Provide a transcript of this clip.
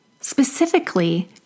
specifically